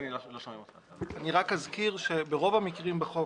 אני רק אזכיר שברוב המקרים בחוק,